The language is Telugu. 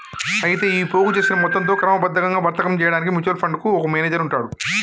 అయితే ఈ పోగు చేసిన మొత్తంతో క్రమబద్ధంగా వర్తకం చేయడానికి మ్యూచువల్ ఫండ్ కు ఒక మేనేజర్ ఉంటాడు